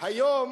היום